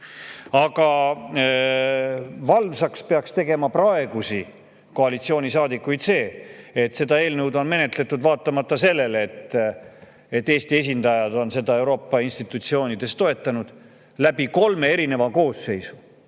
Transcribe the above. Aga valvsaks peaks praegusi koalitsioonisaadikuid tegema see, et seda eelnõu on menetlenud – vaatamata sellele, et Eesti esindajad on seda Euroopa institutsioonides toetanud – kolm Riigikogu koosseisu,